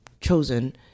chosen